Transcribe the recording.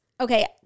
okay